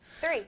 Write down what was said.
Three